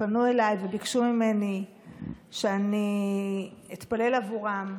פנו אליי וביקשו ממני שאני אתפלל עבורם,